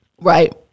Right